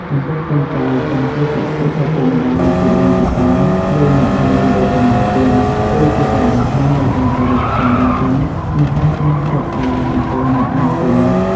ចំពោះកូនចៅ ការសួរសុខទុក្ខឪពុកម្តាយ ជីដូនជីតា ឬអ្នកដែលមានវ័យចំណាស់ជាង គឺជាការបង្ហាញនូវការគោរព ការដឹងគុណ និងការចេះរាប់អានចំពោះអ្នកមានគុណ។